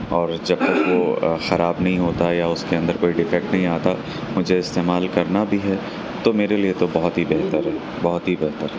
اور جب تک وہ خراب نہیں ہوتا یا اس کے اندر کوئی ڈیفیکٹ نہیں آتا مجھے استعمال کرنا بھی ہے تو میرے لئے تو بہت ہی بہتر ہے بہت ہی بہتر ہے